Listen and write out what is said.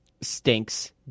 stinks